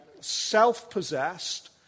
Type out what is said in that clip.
self-possessed